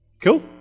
cool